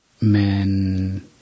men